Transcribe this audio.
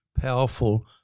powerful